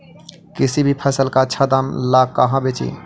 किसी भी फसल के आछा दाम ला कहा बेची?